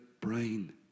brain